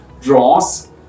draws